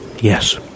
Yes